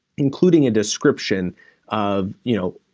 including a description of, you know,